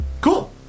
Cool